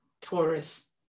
taurus